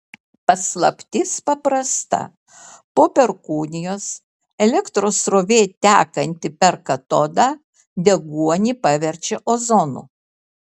paslaptis paprasta po perkūnijos elektros srovė tekanti per katodą deguonį paverčia ozonu